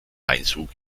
einzug